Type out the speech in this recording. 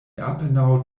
apenaŭ